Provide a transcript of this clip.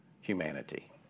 humanity